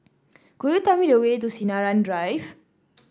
could you tell me the way to Sinaran Drive